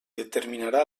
determinarà